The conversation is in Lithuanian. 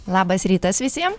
labas rytas visiem